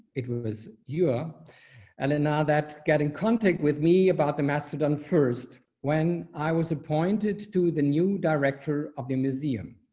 it was your l and r that get in contact with me about the master done first, when i was appointed to the new director of the museum.